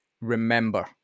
remember